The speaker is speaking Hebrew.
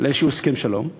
להסכם שלום כלשהו,